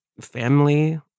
family